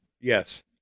Yes